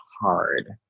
hard